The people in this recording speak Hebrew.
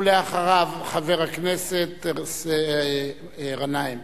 ואחריו, חבר הכנסת גנאים.